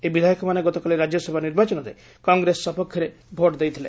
ଏହି ବିଧାୟକମାନେ ଗତକାଲି ରାଜ୍ୟସଭା ନିର୍ବାଚନରେ କଂଗ୍ରେସ ସପକ୍ଷରେ ଭୋଟ ଦେଇଥିଲେ